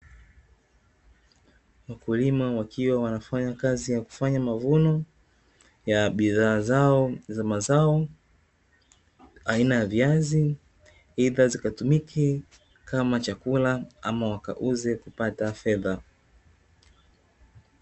Wakulima wakiwa wanafanya kazi ya kufanya mavuno ya bidhaa zao za mazao, aina ya viazi ili zikatumike kama chakula ama wakauze kupata fedha.